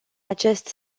acest